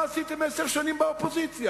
מה עשיתם עשר שנים באופוזיציה?